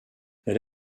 elle